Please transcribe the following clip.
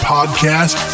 Podcast